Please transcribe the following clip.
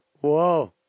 Whoa